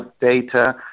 data